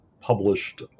published